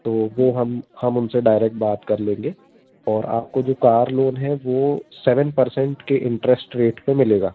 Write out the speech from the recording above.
तो वो हम हम उनसे डायरेक्ट बात कर लेंगे और आपको जो कार लोन है वह सेवेन परसेंट के इंटरेस्ट रेट पर मिलेगा